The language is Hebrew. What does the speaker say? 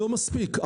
לא מספיק.